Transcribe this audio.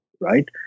right